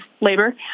labor